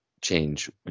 change